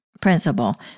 principle